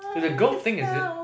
it's a girl thing is it